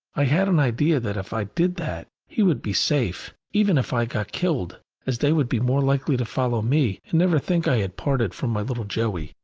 i had an idea that if i did that he would be safe even if i got killed as they would be more likely to follow me, and never think i had parted from my little joey.